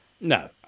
No